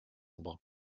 nombres